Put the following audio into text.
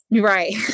right